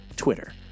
Twitter